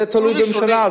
זה תלוי בממשלה,